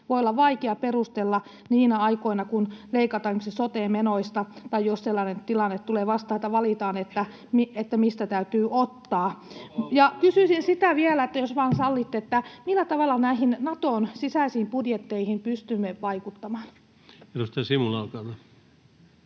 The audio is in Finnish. voi olla vaikea perustella niinä aikoina, kun leikataan esimerkiksi sote-menoista, tai jos sellainen tilanne tulee vastaan, että valitaan, mistä täytyy ottaa. Kysyisin vielä, jos vain sallitte: millä tavalla näihin Naton sisäisiin budjetteihin pystymme vaikuttamaan? [Speech 258] Speaker: